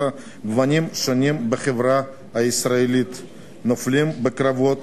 הגוונים השונים בחברה הישראלית נופלים בקרבות